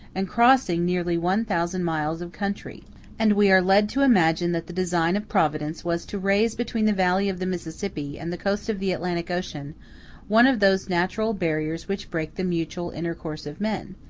and crossing nearly one thousand miles of country and we are led to imagine that the design of providence was to raise between the valley of the mississippi and the coast of the atlantic ocean one of those natural barriers which break the mutual intercourse of men,